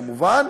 כמובן.